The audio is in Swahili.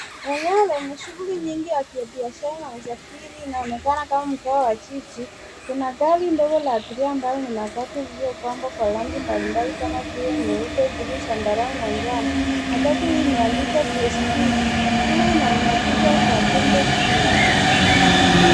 Eneo lenye shughuli nyingi ya kibiashara na usafiri. Inaonekana kama mtaa wa jiji. Kuna gari ndogo la abiria ambalo ni matatu linalopambwa kwa rangi mbalimbali kama vile nyeupe, bluu, zambarau na njano. Matatu hii imeandikwa, prestige, juu na ina picha za pingu chini.